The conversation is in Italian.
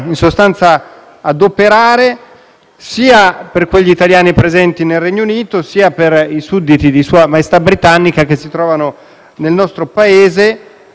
sia agli italiani presenti nel Regno Unito, sia ai sudditi di Sua Maestà britannica che si trovano nel nostro Paese: tutto ciò in conseguenza della rottura